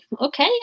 okay